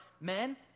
men